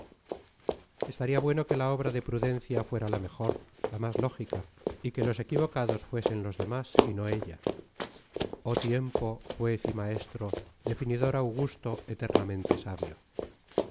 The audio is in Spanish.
estaría bueno que la obra de prudencia fuera la mejor la más lógica y que los equivocados fuesen los demás y no ella oh tiempo juez y maestro definidor augusto eternamente sabio